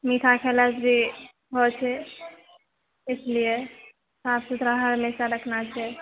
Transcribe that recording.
मीठा खेला इसलिए ओसे इसलिए साफ सुथरा हर हमेशा रखना छै